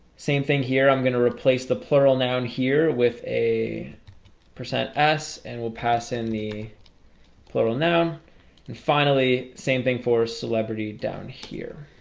same thing here. i'm gonna replace the plural noun here with a percent s and we'll pass in the plural noun and finally same thing for celebrity down here